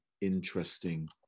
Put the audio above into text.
interesting